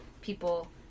people